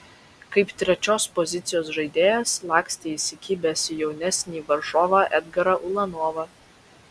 kaip trečios pozicijos žaidėjas lakstė įsikibęs jaunesnį varžovą edgarą ulanovą